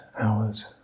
hours